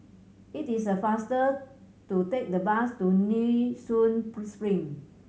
it is faster to take the bus to Nee Soon Spring